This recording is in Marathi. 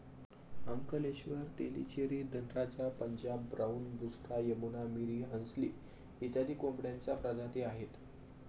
अंकलेश्वर, तेलीचेरी, धनराजा, पंजाब ब्राऊन, बुसरा, यमुना, मिरी, हंसली इत्यादी कोंबड्यांच्या प्रजाती आहेत